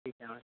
ठीक आहे